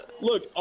look